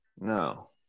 no